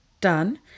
done